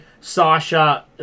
Sasha